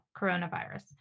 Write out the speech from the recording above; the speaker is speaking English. coronavirus